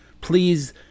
Please